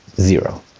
zero